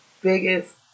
biggest